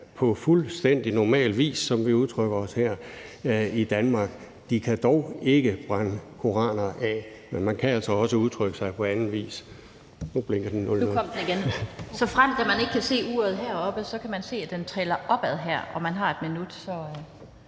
på fuldstændig normal vis, ligesom vi udtrykker os her i Danmark. De kan dog ikke brænde koraner af. Men man kan altså også udtrykke sig på anden vis. Kl. 17:45 Den fg. formand (Annette Lind): Såfremt man ikke kan se uret, kan man se, at der er et andet ur, der tæller opad, og man har 1 minut.